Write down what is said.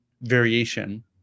variation